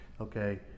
okay